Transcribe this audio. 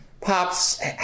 Pops